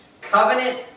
covenant